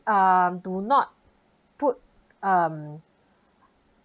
um do not put um